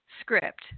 script